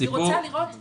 היא רוצה לראות דמות.